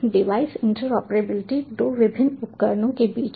device interoperability दो विभिन्न उपकरणों के बीच है